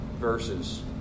verses